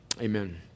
Amen